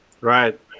Right